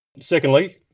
Secondly